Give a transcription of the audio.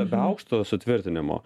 be aukšto sutvirtinimo